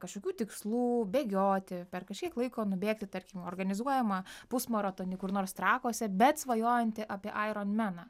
kažkokių tikslų bėgioti per kažkiek laiko nubėgti tarkim organizuojamą pusmaratonį kur nors trakuose bet svajojantį apie aironmeną